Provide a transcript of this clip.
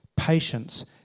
Patience